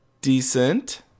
Decent